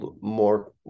more